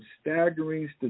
staggering